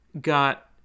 got